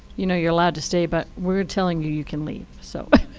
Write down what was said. you know you're allowed to stay, but we're telling you you can leave. so